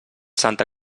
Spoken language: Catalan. santa